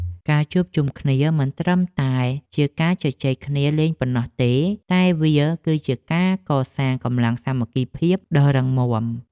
ការជួបជុំគ្នាមិនត្រឹមតែជាការជជែកគ្នាលេងប៉ុណ្ណោះទេ តែវាគឺជាការកសាងកម្លាំងសាមគ្គីភាពដ៏រឹងមាំ។